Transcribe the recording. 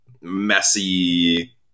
messy